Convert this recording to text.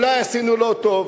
אולי עשינו לא טוב?